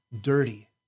dirty